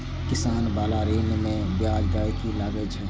किसान बाला ऋण में ब्याज दर कि लागै छै?